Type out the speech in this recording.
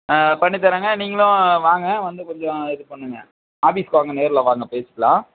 பண்ணித் தர்றேங்க நீங்களும் வாங்க வந்து கொஞ்சம் இது பண்ணுங்கள் ஆஃபீஸ்க்கு வாங்க நேர்ல வாங்க பேசிக்கலாம்